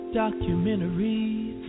documentaries